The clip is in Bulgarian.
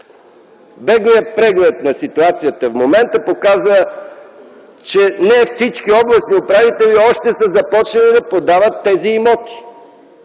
Беглият преглед на ситуацията в момента показа, че не всички областни управители са започнали да подават тези имоти.